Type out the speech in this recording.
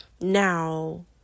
Now